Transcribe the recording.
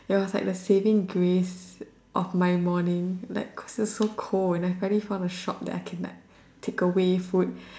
it was like the saving grace of my morning like so so cold then suddenly found a shop that I can like takeaway food